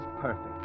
perfect